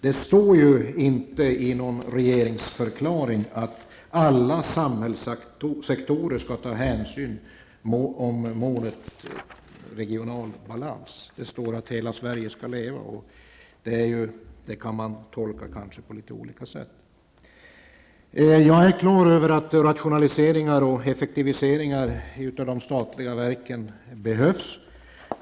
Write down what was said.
Det stod ju inte i någon regeringsförklaring att alla samhällssektorer skall ta hänsyn till målet regional balans. Det står att hela Sverige skall leva, och det kan man kanske tolka på litet olika sätt. Jag är klar över att rationaliseringar och effektiviseringar av de statliga verken behövs.